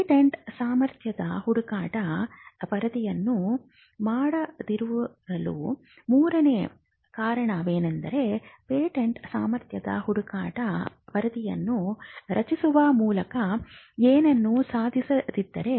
patent ಸಾಮರ್ಥ್ಯದ ಹುಡುಕಾಟ ವರದಿಯನ್ನು ಮಾಡದಿರಲು ಮೂರನೇ ಕಾರಣವೆಂದರೆ ಪೇಟೆಂಟ್ ಸಾಮರ್ಥ್ಯದ ಹುಡುಕಾಟ ವರದಿಯನ್ನು ರಚಿಸುವ ಮೂಲಕ ಏನನ್ನೂ ಸಾಧಿಸದಿದ್ದರೆ